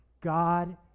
God